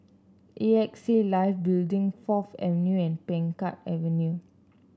A X A Life Building Fourth Avenue and Peng Kang Avenue